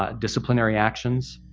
ah disciplinary actions,